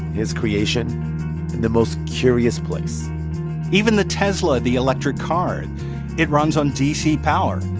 his creation, in the most curious place even the tesla, the electric car it runs on dc power.